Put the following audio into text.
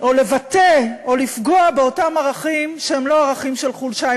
או לבטא או לפגוע באותם ערכים שהם לא ערכים של חולשה,